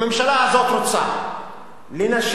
הממשלה הזאת רוצה לנשל,